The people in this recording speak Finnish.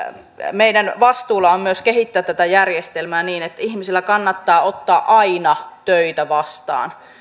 meidän vastuulla on myös kehittää tätä järjestelmää niin että ihmisten kannattaa aina ottaa töitä vastaan siinä mielessä